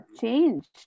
changed